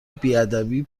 بیادبی